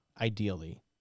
ideally